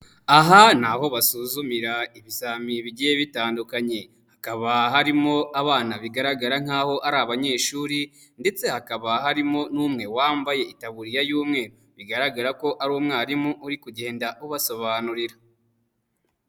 Aha ni aho basuzumira ibizami bigiye bitandukanye, hakaba harimo abana bigaragara nkaho ari abanyeshuri ndetse hakaba harimo n'umwe wambaye itaburiya y'umweru bigaragara ko ari umwarimu uri kugenda ubasobanurira.